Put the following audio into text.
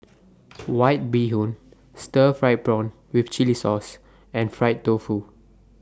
White Bee Hoon Stir Fried Prawn with Chili Sauce and Fried Tofu